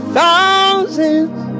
thousands